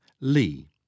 Lee